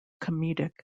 comedic